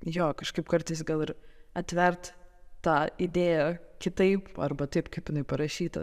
jo kažkaip kartais gal ir atvert tą idėją kitaip arba taip kaip jinai parašyta